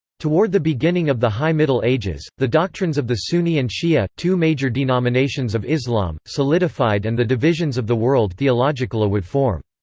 toward the beginning of the high middle ages, the doctrines of the sunni and shia, two major denominations of islam, solidified and the divisions of the world theologically would form.